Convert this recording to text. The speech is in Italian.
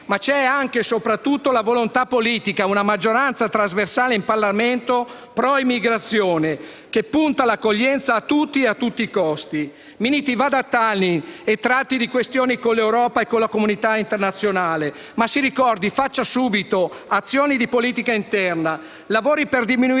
ma c'è soprattutto la volontà politica: una maggioranza trasversale in Parlamento *pro* immigrazione, che punta all'accoglienza a tutti e a tutti i costi. Ministro Minniti, vada a Tallinn e tratti di questioni con l'Europa e con la comunità internazionale ma - si ricordi - faccia subito azioni di politica interna; lavori per diminuire i fattori